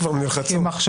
אני מעיר אותה כמשהו למחשבה,